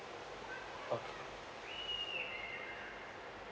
okay